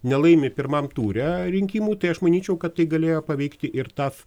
nelaimi pirmame ture rinkimų tai aš manyčiau kad tai galėjo paveikti ir tad